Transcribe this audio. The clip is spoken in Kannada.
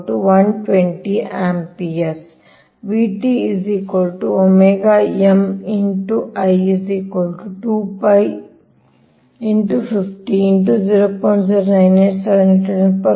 I 120 ampere